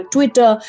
Twitter